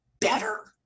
better